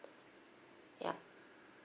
yup